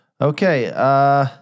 Okay